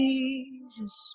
Jesus